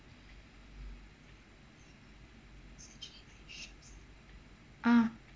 ah